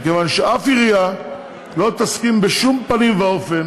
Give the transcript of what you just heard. מכיוון ששום עירייה לא תסכים בשום פנים ואופן